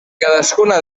cadascuna